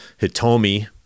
Hitomi